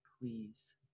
please